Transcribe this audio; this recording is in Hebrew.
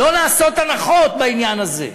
לא לעשות הנחות בעניין הזה.